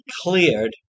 cleared